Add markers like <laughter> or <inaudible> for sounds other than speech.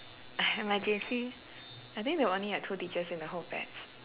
<noise> my J_C I think they only had two teachers in the whole batch